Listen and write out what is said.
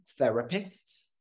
therapists